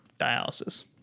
dialysis